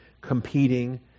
competing